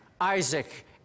Isaac